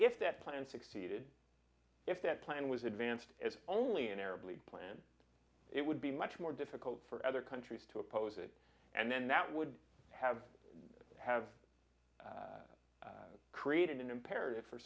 if that plan succeeded if that plan was advanced it's only an arab league plan it would be much more difficult for other countries to oppose it and then that would have have created an imperative for